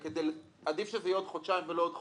עדיף שזה יהיה עוד חודשיים ולא עוד חודש,